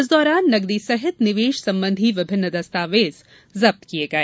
इस दौरान नगदी सहित निवेश संबंधी विभिन्न दस्तावेज जब्त किए गए